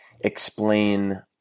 explain